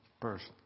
person